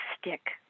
stick